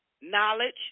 knowledge